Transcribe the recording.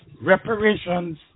Reparations